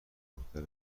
دختر